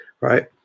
right